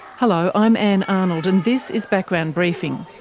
hello, i'm ann arnold and this is background briefing.